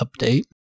update